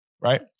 right